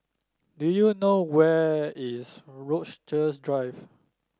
do you know where is Rochester Drive